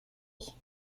ich